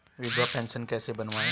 विधवा पेंशन कैसे बनवायें?